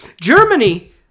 Germany